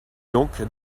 donc